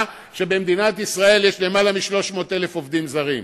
כשבמדינת ישראל יש למעלה מ-300,000 עובדים זרים,